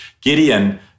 Gideon